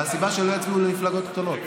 מהסיבה שלא יצביעו למפלגות קטנות,